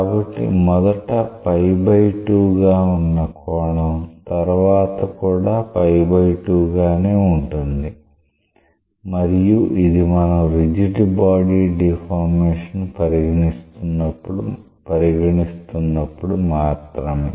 కాబట్టి మొదట గా ఉన్న కోణం తర్వాత కూడా గానే ఉంటుంది మరియు ఇది మనం రిజిడ్ బాడీ డిఫార్మేషన్ పరిగణిస్తున్నప్పుడు మాత్రమే